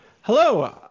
Hello